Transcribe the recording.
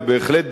ובהחלט,